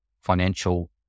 financial